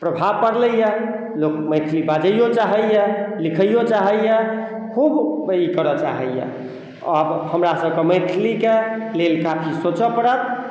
प्रभाव पड़लैया लोक मैथिली बाजैओ चाहैया लिखैयो चाहैया खूब उपयोग करै चाहैया अब हमरा सबकेँ मैथिलीके लेल काफी सोचऽ पड़त